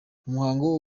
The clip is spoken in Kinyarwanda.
umuhango